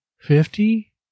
Fifty